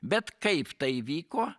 bet kaip tai įvyko